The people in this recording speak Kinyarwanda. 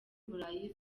burayi